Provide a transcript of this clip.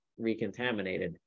recontaminated